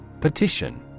Petition